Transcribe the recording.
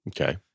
Okay